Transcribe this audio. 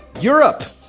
Europe